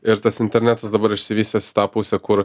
ir tas internetas dabar išsivystęs į tą pusę kur